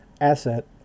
asset